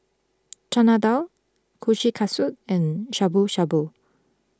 Chana Dal Kushikatsu and Shabu Shabu